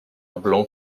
blanc